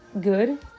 good